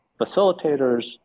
facilitators